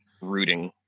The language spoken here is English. rooting